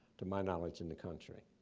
to my knowledge, in the country.